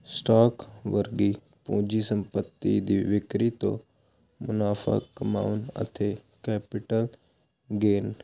stock ਵਰਗੀ ਪੁੰਜੀ ਸੰਪੱਤੀ ਦੀ ਵਿਕਰੀ ਤੋਂ ਮੁਨਾਫਾ ਕਮਾਉਣ ਅਤੇ ਕੈਪੀਟਲ ਗੇਨਡ